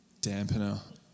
dampener